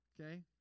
Okay